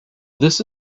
this